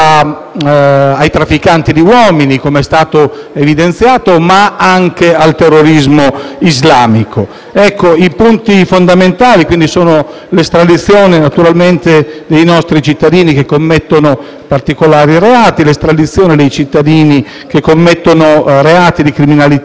ai trafficanti di uomini, come è stato evidenziato, ma anche al terrorismo islamico. I punti fondamentali sono quindi rappresentati dall'estradizione dei nostri cittadini che commettono particolari reati e dei cittadini che commettono reati di criminalità